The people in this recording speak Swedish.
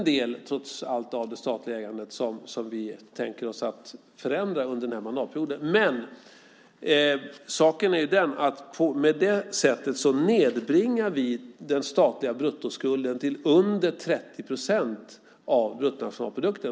Det är trots allt en ganska liten del av det statliga ägandet som vi tänker oss att förändra under mandatperioden. Men på detta sätt nedbringar vi den statliga bruttoskulden till under 30 procent av bruttonationalprodukten.